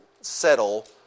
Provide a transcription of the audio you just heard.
settle